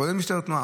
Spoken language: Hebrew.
כולל משטרת התנועה.